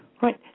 Right